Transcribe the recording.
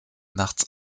nachts